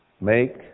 Make